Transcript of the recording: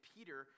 Peter